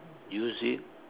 use it